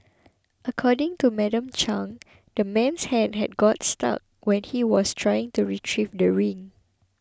according to Madam Chang the man's hand had got stuck when he was trying to retrieve the ring